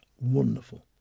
wonderful